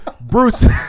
Bruce